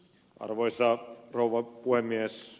arvoisa rouva puhemies